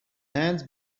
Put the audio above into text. hands